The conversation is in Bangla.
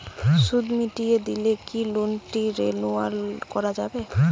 সুদ মিটিয়ে দিলে কি লোনটি রেনুয়াল করাযাবে?